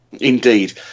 indeed